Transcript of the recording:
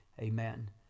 amen